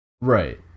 Right